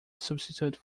substitute